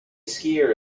skier